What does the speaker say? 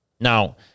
Now